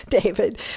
David